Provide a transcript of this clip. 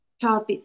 child